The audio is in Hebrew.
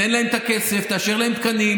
תן להם את הכסף, תאשר להם תקנים.